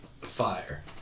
Fire